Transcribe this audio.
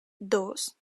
dos